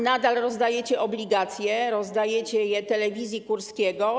Nadal rozdajecie obligacje, rozdajecie je telewizji Kurskiego.